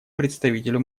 представителю